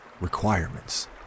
requirements